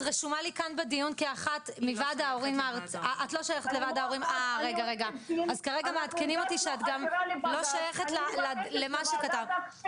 את רשומה לי בדיון כרגע מעדכנים אותי שאת לא שייכת למה שכתבת.